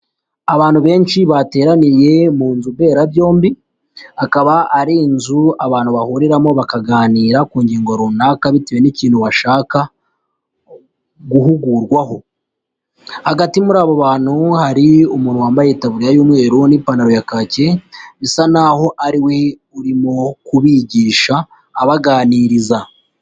Abantu benshi bateraniye mu nzu mberabyombi, akaba ari inzu abantu bahuriramo bakaganira ku ngingo runaka bitewe n'ikintu bashaka guhugurwaho, hagati muri abo bantu hari umuntu wambaye itaburiya y'umweru n'ipantaro ya kaki, bisa n'aho ariwe urimo kubigisha abaganiriza.